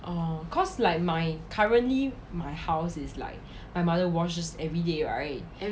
orh cause like my currently my house is like my mother washes every day right